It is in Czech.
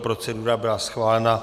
Procedura byla schválena.